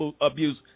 abuse